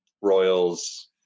Royals